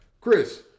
Chris